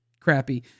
crappy